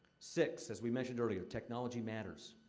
six as we mentioned earlier technology matters.